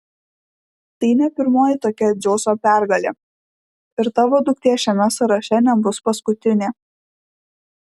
tai ne pirmoji tokia dzeuso pergalė ir tavo duktė šiame sąraše nebus paskutinė